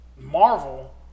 Marvel